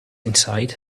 inside